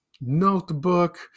notebook